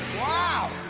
wow.